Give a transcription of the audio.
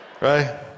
right